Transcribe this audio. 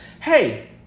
Hey